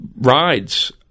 Rides